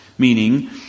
Meaning